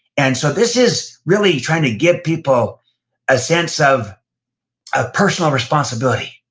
and so, this is really trying to give people a sense of ah personal responsibility,